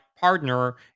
partner